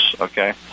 okay